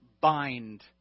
bind